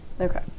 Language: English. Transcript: Okay